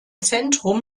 zentrum